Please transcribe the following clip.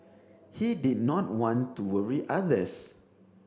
he did not want to worry others